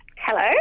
Hello